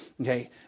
Okay